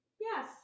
Yes